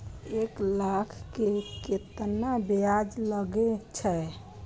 एक लाख के केतना ब्याज लगे छै?